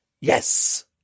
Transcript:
Yes